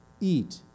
eat